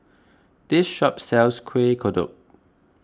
this shop sells Kueh Kodok